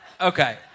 Okay